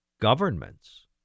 governments